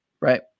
right